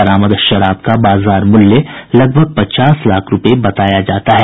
बरामद शराब का बाजार मूल्य लगभग पचास लाख रूपये बताया जाता है